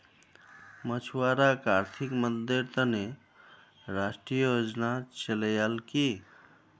मछुवारॉक आर्थिक मददेर त न राष्ट्रीय योजना चलैयाल की